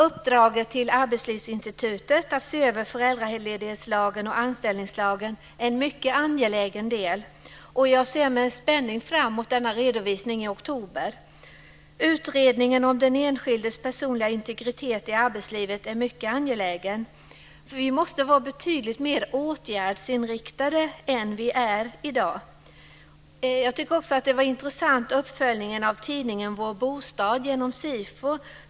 Uppdraget till Arbetslivsinstitutet att se över föräldraledighetslagen och anställningslagen är en mycket angelägen del. Jag ser med spänning fram emot redovisningen i oktober. Utredningen om den enskildes personliga integritet i arbetslivet är mycket angelägen. Vi måste vara betydligt mer åtgärdsinriktade än i dag. Intressant är uppföljningen i tidningen Vår Bostad av SIFO.